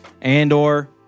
Andor